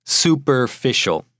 superficial，